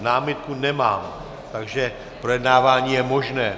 Námitku nemám, takže projednávání je možné.